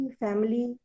family